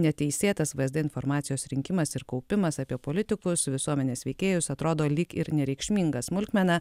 neteisėtas vsd informacijos rinkimas ir kaupimas apie politikus visuomenės veikėjus atrodo lyg ir nereikšminga smulkmena